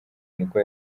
niko